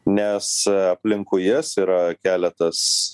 nes aplinkui jas yra keletas